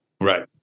Right